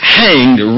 hanged